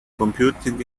computing